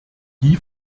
die